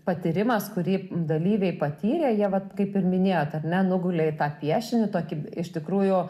patyrimas kurį dalyviai patyrė jie va kaip ir minėjot nenugulė į tą piešinį tokį iš tikrųjų